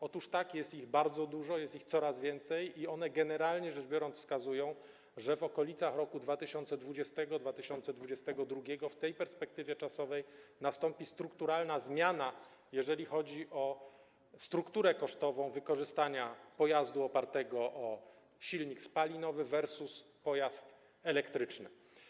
Otóż tak, jest ich bardzo dużo, jest ich coraz więcej i one, generalnie rzecz biorąc, wskazują, że w okolicach roku 2020, 2022, w tej perspektywie czasowej, nastąpi strukturalna zmiana, jeżeli chodzi o strukturę kosztową wykorzystania pojazdu opartego o silnik spalinowy versus pojazd elektryczny.